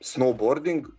Snowboarding